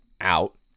out